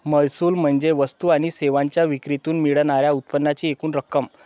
महसूल म्हणजे वस्तू आणि सेवांच्या विक्रीतून मिळणार्या उत्पन्नाची एकूण रक्कम